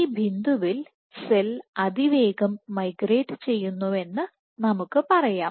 ഈ ബിന്ദുവിൽ സെൽ അതിവേഗം മൈഗ്രേറ്റ് ചെയ്യുന്നുവെന്ന് നമുക്ക് പറയാം